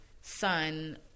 son